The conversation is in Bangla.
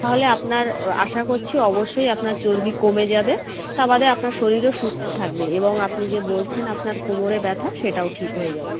তাহলে আপনার আশা করছি অবশ্যই আপনার চর্বি কমে যাবে তা বাদে আপনার শরীরও সুস্থ থাকবে এবং আপনি যে বলছেন আপনার কোমরে ব্যথা সেটাও ঠিক হয়ে যাবে